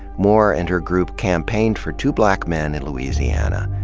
moore and her group campaigned for two black men in louisiana,